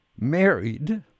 married